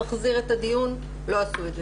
נחזיר את הדיון לא עשו את זה.